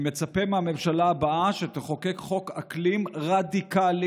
אני מצפה מהממשלה הבאה שתחוקק חוק אקלים רדיקלי,